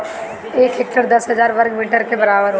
एक हेक्टेयर दस हजार वर्ग मीटर के बराबर होला